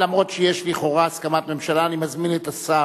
אף שיש לכאורה הסכמת ממשלה, אני מזמין את השר,